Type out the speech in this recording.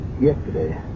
yesterday